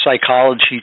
psychology